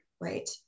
right